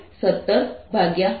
SreflectedSincidentn1 n2n1n22 1